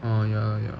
oh ya ya